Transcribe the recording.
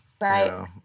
Right